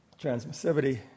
transmissivity